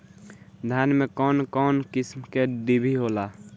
धान में कउन कउन किस्म के डिभी होला?